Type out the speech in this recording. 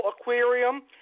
aquarium